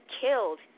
killed